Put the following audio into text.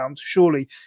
surely